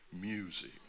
music